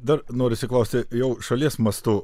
dar norisi klausti jau šalies mastu